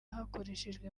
hakoreshejwe